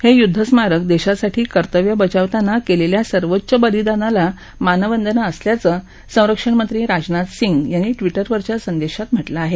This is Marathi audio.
हे युद्धस्मारक देशासाठी कर्तव्य बजावताना केलेल्या सर्वोच्च बलिदानाला मानवंदना असल्याचं संरक्षणमंत्री राजनाथ सिंग यांनी ट्विटरवच्या संदेशात म्हटलं आहे